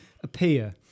appear